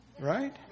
Right